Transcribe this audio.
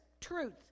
truth